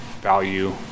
value